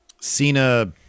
Cena